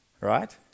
right